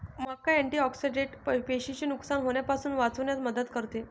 मका अँटिऑक्सिडेंट पेशींचे नुकसान होण्यापासून वाचविण्यात मदत करते